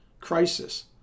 crisis